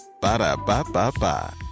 Ba-da-ba-ba-ba